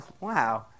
Wow